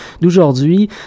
d'aujourd'hui